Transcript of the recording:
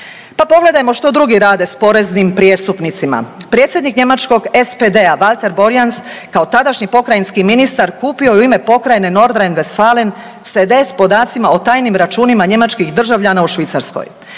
Pa pogledajmo što drugi rade s poreznim prijestupnicima. Predsjednik njemačkog SPD-a, Walter-Borjans, kao tadašnji pokrajinski ministar kupio je u ime Pokrajine Nordrhein Westfalen cd s podacima o tajnim računima njemačkih državljana u Švicarskoj.